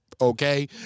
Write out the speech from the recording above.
okay